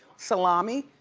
salami,